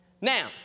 Now